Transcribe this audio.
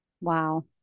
Wow